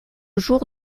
jour